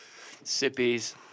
Sippies